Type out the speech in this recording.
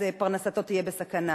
אז פרנסתו תהיה בסכנה.